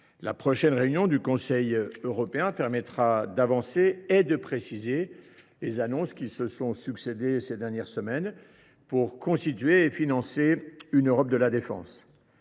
La prochaine réunion du Conseil européen permettra d’avancer sur ce point et de préciser les annonces qui se sont succédé ces dernières semaines sur la constitution et le financement d’une Europe de la défense.